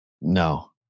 No